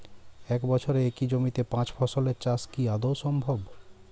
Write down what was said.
এক বছরে একই জমিতে পাঁচ ফসলের চাষ কি আদৌ সম্ভব?